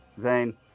Zane